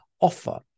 offer